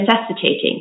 necessitating